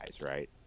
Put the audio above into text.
right